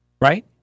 right